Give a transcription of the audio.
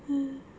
!hais!